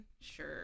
sure